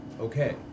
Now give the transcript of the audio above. Okay